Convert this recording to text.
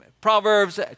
Proverbs